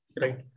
Right